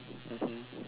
mmhmm